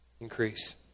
increase